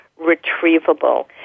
retrievable